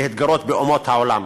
להתגרות באומות העולם,